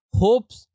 hopes